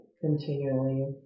continually